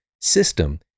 system